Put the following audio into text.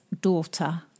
daughter